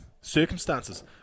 circumstances